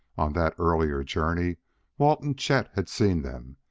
on that earlier journey walt and chet had seen them,